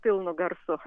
pilnu garsu